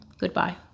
goodbye